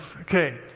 okay